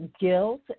guilt